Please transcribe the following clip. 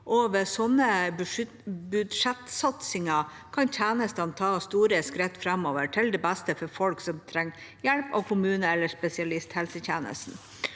ved slike budsjettsatsinger kan tjenestene ta store skritt framover til det beste for folk som trenger hjelp av kommunen eller spesialisthelsetjenesten.